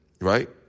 right